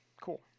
Cool